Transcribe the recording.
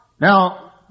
Now